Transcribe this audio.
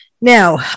now